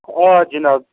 آ جِناب